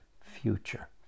future